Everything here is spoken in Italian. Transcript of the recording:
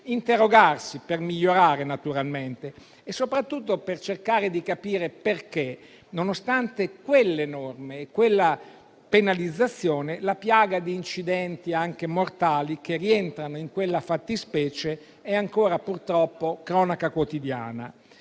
interrogarsi per migliorare, naturalmente, e soprattutto per cercare di capire perché, nonostante quelle norme e quella penalizzazione, la piaga degli incidenti anche mortali che rientrano in quella fattispecie è ancora purtroppo cronaca quotidiana.